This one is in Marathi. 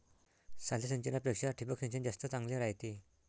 साध्या सिंचनापेक्षा ठिबक सिंचन जास्त चांगले रायते